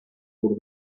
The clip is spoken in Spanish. por